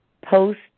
post